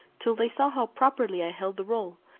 till they saw how properly i held the roll,